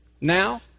now